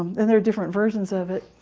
and there are different versions of it.